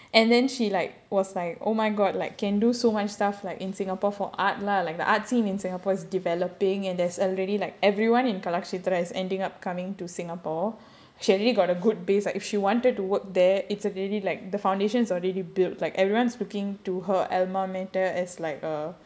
and then she like was like oh my god like can do so much stuff like in singapore for art lah like the art scene in singapore is developing and there's already like everyone in kalakshetra is ending coming to singapore she already got a good base like if she wanted to work there it's already like the foundation is already built like everyone speaking to her alma mater as like a